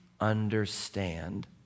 understand